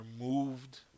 moved